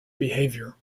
behavior